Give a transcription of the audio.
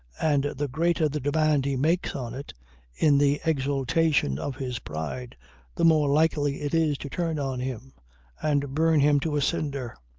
and the greater the demand he makes on it in the exultation of his pride the more likely it is to turn on him and burn him to a cinder.